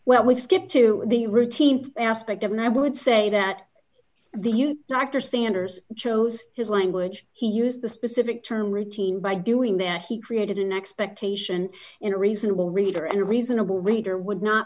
well we just get to the routine aspect and i would say that the youth dr sanders chose his language he used the specific term routine by doing that he created an expectation in a reasonable reader and reasonable leader would not